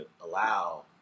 allow